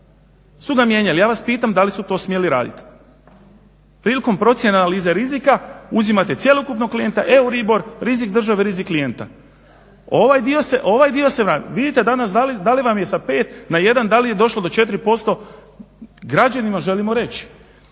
su oni mijenjali. Ja vas pitam da li su to smjeli raditi? prilikom procjene analize rizika uzimate cjelokupnog klijenta, euribor, rizik države, rizik klijenta. Ovaj dio se … Vidite danas da li vam je sa pet na jedan da li je došlo do 4%. Građanima želimo reći